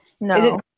No